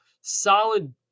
solid